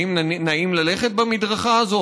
האם נעים ללכת במדרכה הזאת?